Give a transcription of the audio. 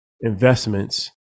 investments